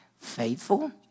Faithful